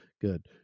Good